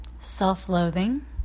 self-loathing